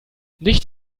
nicht